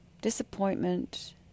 disappointment